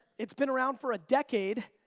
it's been around for a decade,